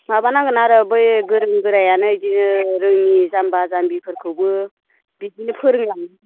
माबा नांगोन आरो बै गोरों गोरायानो इदिनो रोङि जाम्बा जाम्बिफोरखौबो बिदिनो फोरोंलांनांगोन